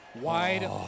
wide